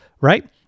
Right